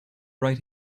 right